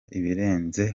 ibirenze